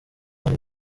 hari